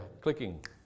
clicking